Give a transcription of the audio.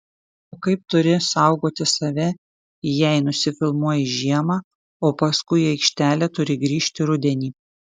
o kaip turi saugoti save jei nusifilmuoji žiemą o paskui į aikštelę turi grįžti rudenį